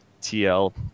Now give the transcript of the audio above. TL